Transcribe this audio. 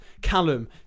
Callum